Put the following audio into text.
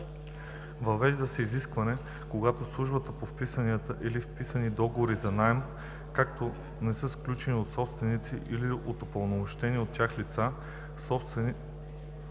Въвежда се изискване, когато в службата по вписванията има вписани договори за наем, които не са сключени от собствениците или от упълномощени от тях лица, собствениците